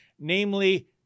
namely